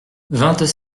vingt